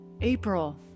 April